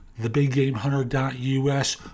TheBigGameHunter.us